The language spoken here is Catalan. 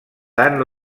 tant